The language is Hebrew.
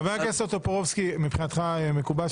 חבר הכנסתך טופורובסקי, מבחינת מקובל?